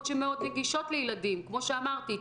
שהן מאוד נגישות לילדים כמו שאמרתי,